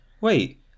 Wait